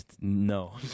No